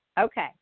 Okay